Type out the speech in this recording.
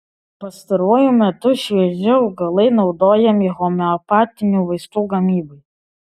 pastaruoju metu švieži augalai naudojami homeopatinių vaistų gamybai